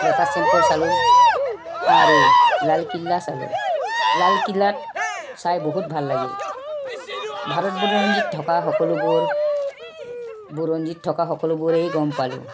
lotus Temple চালোঁ আৰু লাল কিল্লা চালোঁ লাল কিল্লাত চাই বহুত ভাল লাগিল ভাৰত বুৰঞ্জিত থকা সকলোবোৰ বুৰঞ্জিত থকা সকলোবোৰেই গম পালোঁ